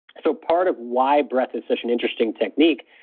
so part of why breath is such an interesting technique.